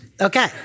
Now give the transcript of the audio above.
Okay